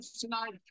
tonight